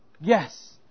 yes